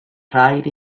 rhaid